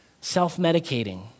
self-medicating